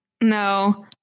no